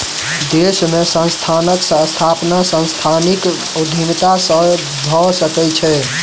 देश में संस्थानक स्थापना सांस्थानिक उद्यमिता से भअ सकै छै